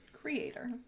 Creator